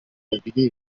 babiri